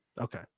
Okay